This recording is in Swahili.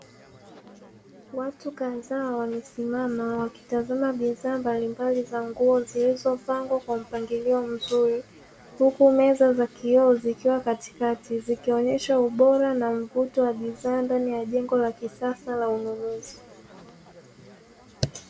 Watu kadhaa wamesimama wakitazama bidhaa mbalimbali za nguo zilizopangwa kwa mpangilio mzuri, huku meza za kioo zikiwa katikati zikionyesha ubora na mvuto wa bidhaa ndani ya jengo la kisasa la ununuzi.